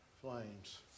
flames